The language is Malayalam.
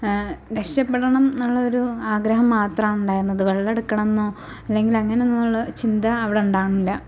രക്ഷപ്പെടണം എന്നുള്ള ഒരു ആഗ്രഹം മാത്രമാണുണ്ടായത് വെള്ളം എടുക്കനെണെന്നോ അല്ലെങ്കിലങ്ങനൊന്നുവുള്ള ചിന്ത അവിടുണ്ടാകുന്നില്ല